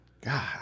God